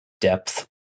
depth